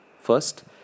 first